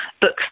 books